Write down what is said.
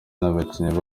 nabakinnyi